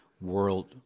World